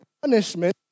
punishment